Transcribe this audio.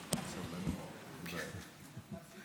כשנפגשנו על ספסלי הלימודים בבית הספר סנט